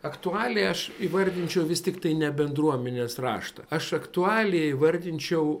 aktualiai aš įvardinčiau vis tiktai ne bendruomenės raštą aš aktualiai įvardinčiau